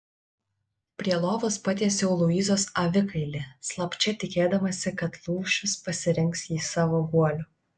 prie lovos patiesiau luizos avikailį slapčia tikėdamasi kad lūšius pasirinks jį savo guoliu